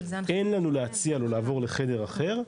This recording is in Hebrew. אין לנו להציע לו לעבור לחדר אחר,